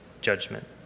judgment